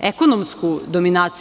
ekonomsku dominaciju.